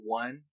one